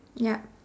yup